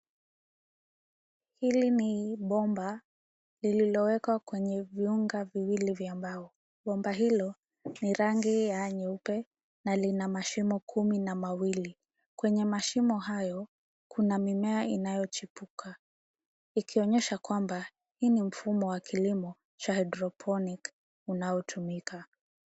Hili ni bomba lililowekwa kwenye viunga viwili vya mbao. Bomba hilo ni rangi ya nyeupe, na lina mashimo kumi na mawili. Kwenye mashimo hayo, kuna mimea inayochipuka, ikionyesha kwamba, hii ni mfumo wa kilimo, cha hydroponic , unaotumika.